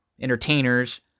entertainers